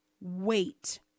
wait